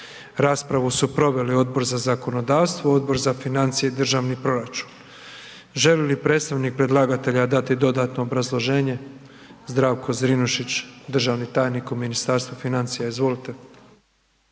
Raspravu su proveli Odbor za zakonodavstvo i Odbor za poljoprivredu. Želi li predstavnik predlagatelja dati dodatno obrazloženje? Željko Kraljičak, državni tajnik u Ministarstvu poljoprivrede, izvolite.